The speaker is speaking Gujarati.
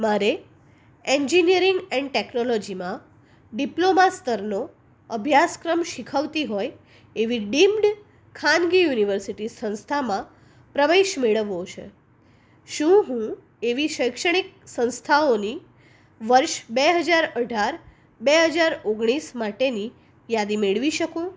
મારે એન્જિનીયરીંગ એન્ડ ટેકનોલોજીમાં ડિપ્લોમા સ્તરનો અભ્યાસક્રમ શીખવતી હોય એવી ડીમ્ડ ખાનગી યુનિવર્સિટી સંસ્થામાં પ્રવેશ મેળવવો છે શું હું એવી શૈક્ષણિક સંસ્થાઓની વર્ષ બે હજાર અઢાર બે હજાર ઓગણીસ માટેની યાદી મેળવી શકું